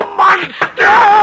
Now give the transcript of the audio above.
monster